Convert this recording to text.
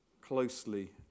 closely